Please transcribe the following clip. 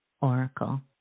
Oracle